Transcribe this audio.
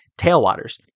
tailwaters